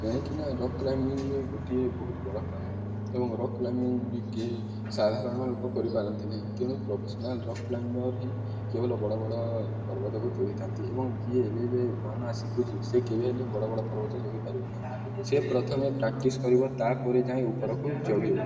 କାହିଁକିନା rock climbing ଗୋଟିଏ ବହୁତ ବଡ଼ କାମ ଏବଂ ରକ୍ କ୍ଲାଇମ୍ବିଙ୍ଗ ବି କେହି ସାଧାରଣ ଲୋକ କରିପାରନ୍ତି ନାହିଁ ତେଣୁ ପ୍ରଫେସନାଲ୍ ରକ୍ କ୍ଲାଇମ୍ବର୍ ହିଁ କେବଳ ବଡ଼ ବଡ଼ ପର୍ବତକୁ ଚଢ଼ିଥାନ୍ତି ଏବଂ ଯିଏ ଏବେ ମାନ ଶିଖୁଛି ସେ କେବେ ହେଲେ ବଡ଼ ବଡ଼ ପର୍ବତ ଚଢ଼ିପାରିବ ନାହିଁ ସେ ପ୍ରଥମେ ପ୍ରାକ୍ଟିସ୍ କରିବ ତା'ପରେ ଯାଏ ଉପରକୁ ଚଗିବ